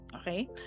okay